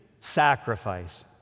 sacrifice